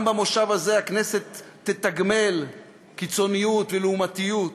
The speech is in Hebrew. גם במושב הזה הכנסת תתגמל קיצוניות ולעומתיות,